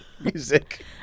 Music